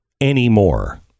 anymore